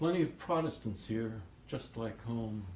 plenty of protestants here just like home